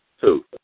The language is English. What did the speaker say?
Two